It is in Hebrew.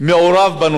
לכל השרים,